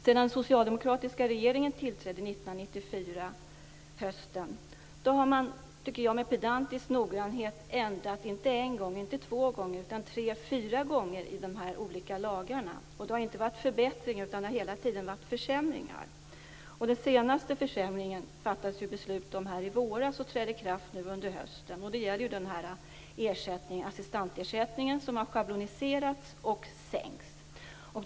Sedan den socialdemokratiska regeringen tillträdde hösten 1994 har man med pedantisk noggrannhet ändrat, inte en gång och inte två gånger utan tre fyra gånger i de olika lagarna. Det har inte varit fråga om förbättringar utan det har hela tiden varit försämringar. Den senaste försämringen fattades det beslut om i våras och den trädde i kraft nu under hösten. Det gällde assistansersättningen som har schabloniserats och sänkts.